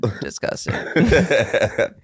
disgusting